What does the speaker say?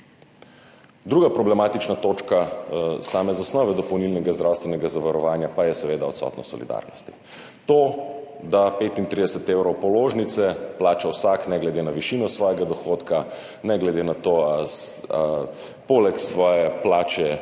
Druga problematična točka same zasnove dopolnilnega zdravstvenega zavarovanja pa je seveda odsotnost solidarnosti, to, da 35 evrov položnice plača vsak ne glede na višino svojega dohodka, ne glede na to, ali poleg svoje plače